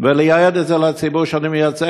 ולייעד את זה לציבור שאני מייצג,